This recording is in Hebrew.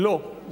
לא.